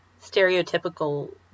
stereotypical